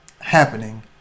happening